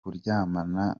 kuryamana